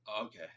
Okay